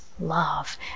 love